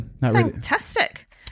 Fantastic